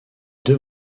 deux